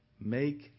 make